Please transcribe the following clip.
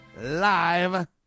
live